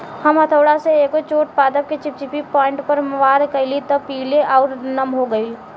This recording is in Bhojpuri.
हम हथौड़ा से एगो छोट पादप के चिपचिपी पॉइंट पर वार कैनी त उ पीले आउर नम हो गईल